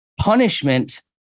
Punishment